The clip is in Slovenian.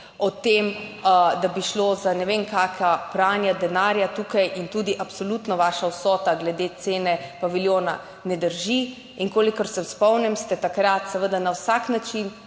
o tem, da bi šlo za ne vem kakšna pranja denarja tukaj in tudi absolutno vaša vsota glede cene paviljona ne drži in kolikor se spomnim ste takrat seveda na vsak način